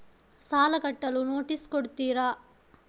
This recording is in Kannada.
ಸಾಲ ಕಟ್ಟಲು ನೋಟಿಸ್ ಕೊಡುತ್ತೀರ?